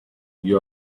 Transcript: you